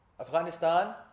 Afghanistan